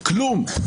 כלום.